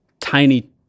tiny